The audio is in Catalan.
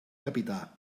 capità